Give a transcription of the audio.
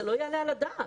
זה לא יעלה על הדעת.